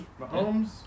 Mahomes